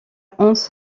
hans